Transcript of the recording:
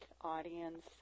audience